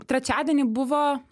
trečiadienį buvo